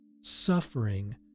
suffering